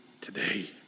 today